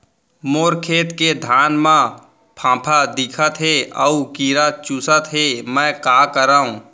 मोर खेत के धान मा फ़ांफां दिखत हे अऊ कीरा चुसत हे मैं का करंव?